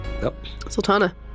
Sultana